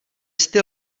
sty